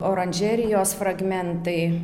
oranžerijos fragmentai